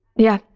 yeah,